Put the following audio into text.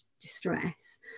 distress